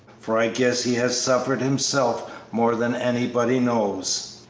for i guess he has suffered himself more than anybody knows.